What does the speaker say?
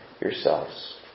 yourselves